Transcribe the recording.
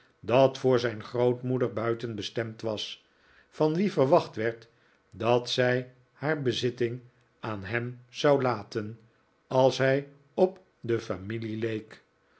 dat voor zijn grootmoeder buiten bestemd was van wie verwacht werd dat zij haar bezitting aan hem na zou laten als hij op de familie